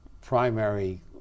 primary